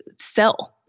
sell